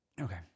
Okay